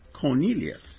Cornelius